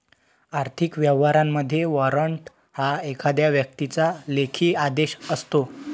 आर्थिक व्यवहारांमध्ये, वॉरंट हा एखाद्या व्यक्तीचा लेखी आदेश असतो